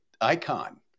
icon